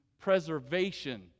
preservation